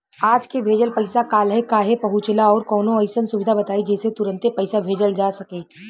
आज के भेजल पैसा कालहे काहे पहुचेला और कौनों अइसन सुविधा बताई जेसे तुरंते पैसा भेजल जा सके?